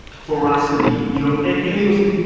ferocity, you know, and any of those things, you